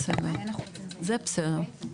בסדר, זה בסדר.